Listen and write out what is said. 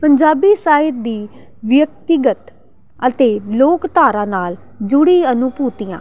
ਪੰਜਾਬੀ ਸਾਹਿਤ ਦੀ ਵਿਅਕਤੀਗਤ ਅਤੇ ਲੋਕ ਧਾਰਾ ਨਾਲ ਜੁੜੀ ਅਨੁਭੂਤੀਆਂ